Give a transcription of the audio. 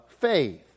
faith